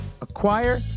acquire